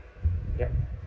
yup